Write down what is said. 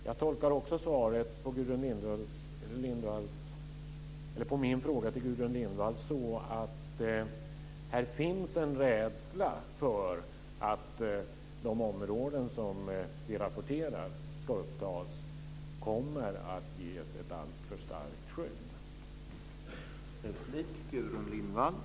Jag tolkar också svaret på min fråga till Gudrun Lindvall så, att det här finns en rädsla för att de områden som vi rapporterar ska upptas kommer att ges ett alltför starkt skydd.